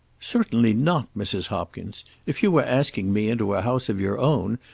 certainly not, mrs. hopkins. if you were asking me into a house of your own,